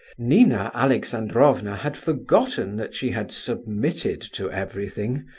nina alexandrovna had forgotten that she had submitted to everything!